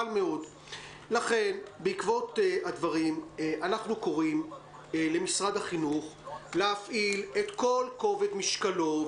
לכן בעקבות הדברים אנחנו קוראים למשרד החינוך להפעיל את כל כובד משקלו,